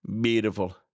Beautiful